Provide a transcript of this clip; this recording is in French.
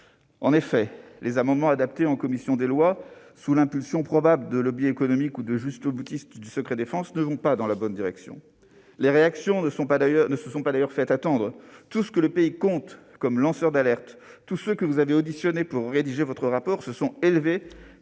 En effet, les amendements adoptés en commission, sous l'impulsion probable de lobbys économiques ou de jusqu'au-boutistes du secret-défense, ne vont pas dans la bonne direction. Les réactions ne se sont d'ailleurs pas fait attendre. Tout ce que ce pays compte comme lanceurs d'alerte- les mêmes que vous avez auditionnés pour rédiger votre rapport, madame